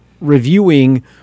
reviewing